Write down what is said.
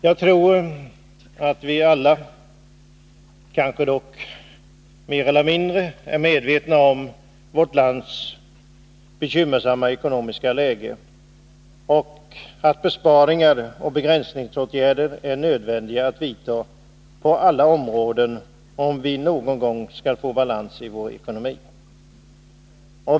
Jag tror att vi alla — kanske mer eller mindre — är medvetna om vårt lands bekymmersamma ekonomiska läge och att besparingar och begränsningsåtgärder är nödvändiga att vidta på alla områden, om vi någon gång skall få balans i vår ekonomi.